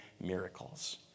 miracles